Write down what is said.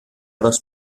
dos